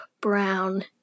brown